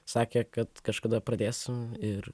sakė kad kažkada pradėsim ir